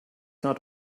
not